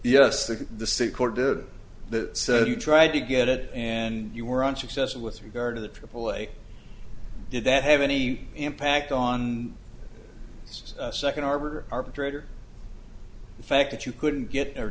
did the said you tried to get it and you were unsuccessful with regard to the people a did that have any impact on a second arbor arbitrator fact that you couldn't get